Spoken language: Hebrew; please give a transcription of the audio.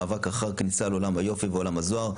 מאבק על כניסה לעולם היופי ועולם הזוהר,